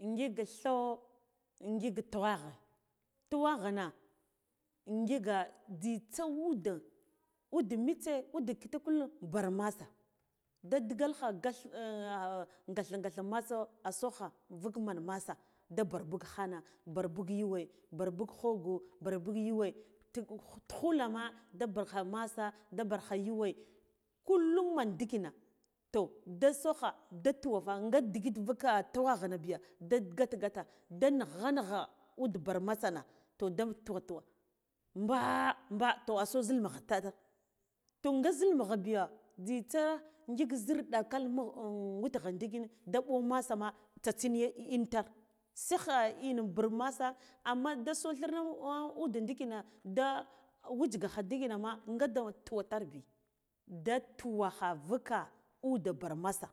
Ngik thoo ngik tuwagha tuwaghana nsik jzitsa ude ude nitse ude kita kulo bar masa da digalkatic kath katha katha masu asukha vuk man masa da bar buk khana bar buk yuwe burbuk khogo barbuk yuwe tu tughu loma da barkha masa da barkha yuwe kullum min ndikina to da sokha da tuwofa nga digit invakka tuwaghana biya gat gata gata da nighe nigha ud bir nasana toh da tuwo tuwo bna bna toh aso zil mughe tar to nga zil mugha biya jzitsa ngik zir ɗakal witgha ndikina da mbu masa me tsitsin ya intar sigha inna bar masa amma deso thirna ude ndikina da wujga kha ndiki na ma nga tuwa tar bi da tuwakha vuka ude bar masa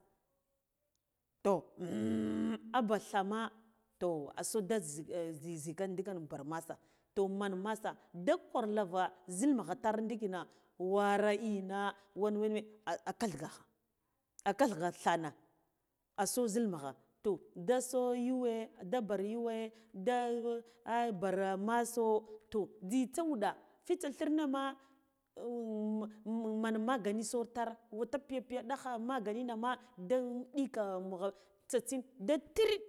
toh khmmmmm avathama toh aso dada zi zikin ndukan bar masa toh man masa da gwarlava zil nughe tar ndikina wara ina wan wan a kath gak a kalgathena aso zil mugha to da so yuwe ɗa bir yuwe da bar maso jzitsa wuɗa fatathirna ma man magani soro tar wata piya piya dagh magani da ɗika mugha tsatsin da tinɗ.